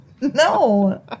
No